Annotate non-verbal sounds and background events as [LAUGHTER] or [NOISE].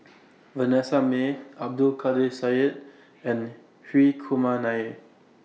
[NOISE] Vanessa Mae Abdul Kadir Syed and Hri Kumar Nair